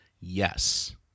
Yes